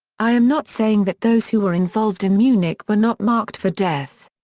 i am not saying that those who were involved in munich were not marked for death.